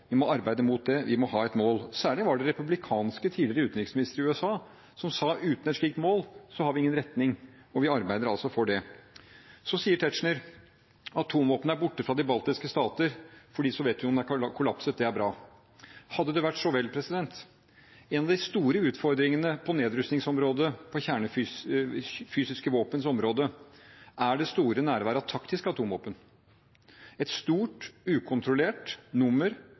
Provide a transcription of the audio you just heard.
Vi må arbeide mot det, vi må ha et mål. Særlig var det en republikansk tidligere utenriksminister i USA som sa at uten et slikt mål har vi ingen retning, og vi arbeider altså for det. Så sier Tetzschner at atomvåpen er borte fra de baltiske stater fordi Sovjetunionen er kollapset, og det er bra. Hadde det vært så vel. En av de store utfordringene på nedrustningsområdet, på kjernefysiske våpens område, er det store nærværet av taktiske atomvåpen. Et stort, ukontrollert nummer